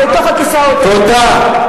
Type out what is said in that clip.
בתוך הכיסאות האלה,